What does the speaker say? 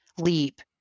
leap